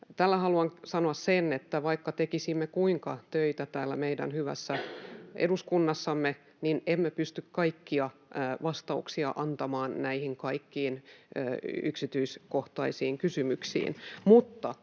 Tällä haluan sanoa sen, että vaikka tekisimme kuinka töitä täällä meidän hyvässä eduskunnassamme, niin emme pysty kaikkia vastauksia antamaan näihin kaikkiin yksityiskohtaisiin kysymyksiin.